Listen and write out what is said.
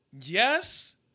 yes